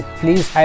please